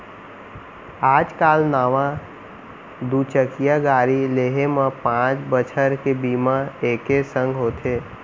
आज काल नवा दू चकिया गाड़ी लेहे म पॉंच बछर के बीमा एके संग होथे